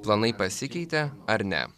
planai pasikeitė ar ne